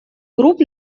групп